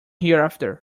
hereafter